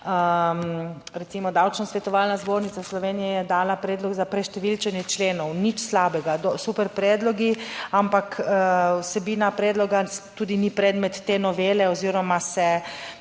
Recimo, Davčno svetovalna zbornica Slovenije je dala predlog za preštevilčenje členov, nič slabega, super predlogi, ampak vsebina predloga tudi ni predmet te novele oziroma se